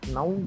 Now